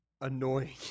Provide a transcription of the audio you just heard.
annoying